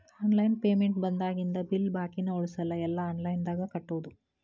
online payment ಬಂದಾಗಿಂದ bill ಬಾಕಿನ ಉಳಸಲ್ಲ ಎಲ್ಲಾ ಆನ್ಲೈನ್ದಾಗ ಕಟ್ಟೋದು